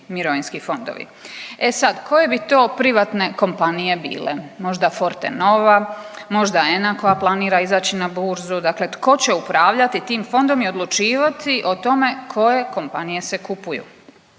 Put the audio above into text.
E sad, koje bi to privatne kompanije bile? Možda Fortenova, možda ENA koja planira izaći na burzu. Dakle, tko će upravljati tim fondom i odlučivati o tome koje kompanije se kupuju?